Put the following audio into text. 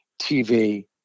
TV